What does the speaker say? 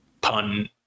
pun